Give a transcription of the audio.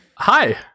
Hi